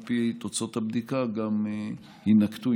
על פי תוצאות הבדיקה גם יינקטו,